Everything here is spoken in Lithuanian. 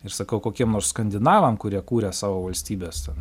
ir sakau kokiem nors skandinavam kurie kūrė savo valstybes ten